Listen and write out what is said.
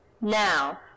Now